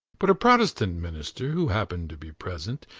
but a protestant minister, who happened to be present,